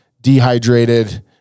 dehydrated